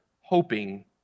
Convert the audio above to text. hoping